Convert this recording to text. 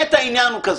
העניין הוא כזה,